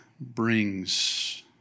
brings